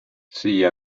sea